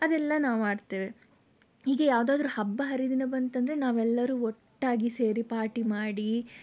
ಅದೆಲ್ಲ ನಾವು ಮಾಡ್ತೇವೆ ಹೀಗೆ ಯಾವುದಾದರೂ ಹಬ್ಬ ಹರಿದಿನ ಬಂತೆಂದರೆ ನಾವೆಲ್ಲರೂ ಒಟ್ಟಾಗಿ ಸೇರಿ ಪಾರ್ಟಿ ಮಾಡಿ